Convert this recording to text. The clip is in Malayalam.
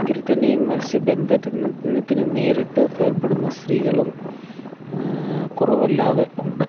എങ്കിൽ തന്നെയും മത്സ്യബന്ധനത്തിന് നേരിട്ട് ഏർപ്പെടുന്ന സ്ത്രീകളും കുറവല്ലാതെ ഉണ്ട്